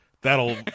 That'll